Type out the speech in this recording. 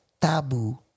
Tabu